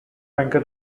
banker